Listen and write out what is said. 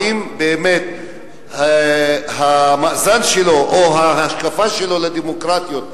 האם באמת המאזן שלו או ההשקפה שלו היא על הדמוקרטיות,